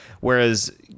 Whereas